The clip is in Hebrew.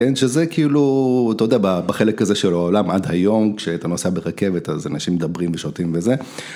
כן שזה כאילו אתה יודע בחלק הזה של העולם עד היום כשאתה נוסע ברכבת אז אנשים מדברים ושותים וזה.